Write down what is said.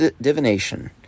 divination